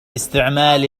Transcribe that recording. استعمال